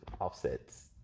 offsets